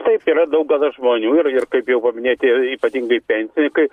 taip yra daug žmonių ir ir kaip jau paminėjot tie ypatingai pensininkai